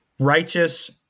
righteous